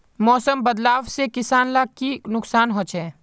मौसम बदलाव से किसान लाक की नुकसान होचे?